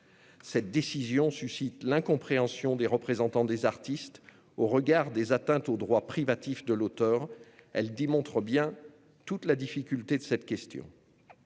Cette décision suscite l'incompréhension des représentants des artistes au regard des atteintes aux droits privatifs de l'auteur. Elle illustre bien toute la difficulté de cette question.